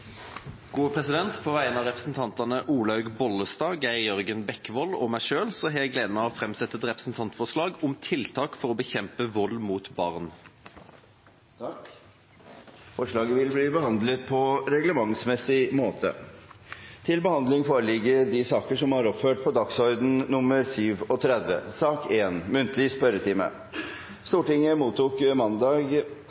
På vegne av stortingsrepresentantene Olaug V. Bollestad, Geir Jørgen Bekkevold og meg selv har jeg gleden av å framsette et representantforslag om tiltak for å bekjempe vold mot barn. Forslaget vil bli behandlet på reglementsmessig måte. Stortinget mottok mandag meddelelse fra Statsministerens kontor om at statsminister Erna Solberg vil møte til muntlig spørretime.